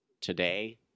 today